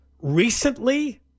Recently